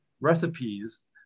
recipes